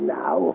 now